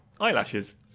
eyelashes